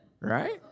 right